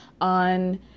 on